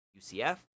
UCF